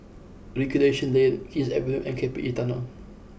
Recreation Lane King's Avenue and K P E Tunnel